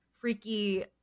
freaky